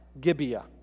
Gibeah